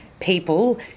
people